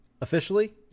officially